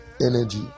energy